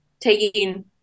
taking